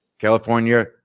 California